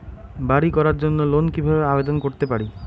বাড়ি করার জন্য লোন কিভাবে আবেদন করতে পারি?